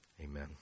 Amen